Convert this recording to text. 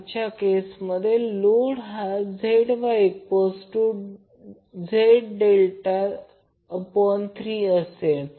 अशा केसमध्ये लोड हा ZYZ∆3 असेल